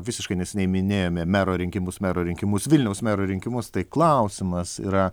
visiškai neseniai minėjome mero rinkimus mero rinkimus vilniaus mero rinkimus tai klausimas yra